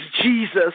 Jesus